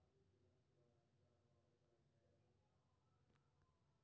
ब्याज दरक अवधि संरचना ब्याज दर आ विभिन्न शर्त या परिपक्वताक बीचक संबंध होइ छै